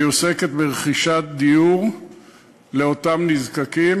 והיא עוסקת ברכישת דיור לאותם נזקקים,